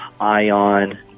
ion